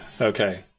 okay